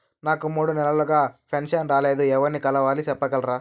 నాకు మూడు నెలలుగా పెన్షన్ రాలేదు ఎవర్ని కలవాలి సెప్పగలరా?